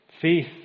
Faith